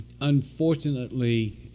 Unfortunately